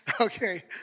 Okay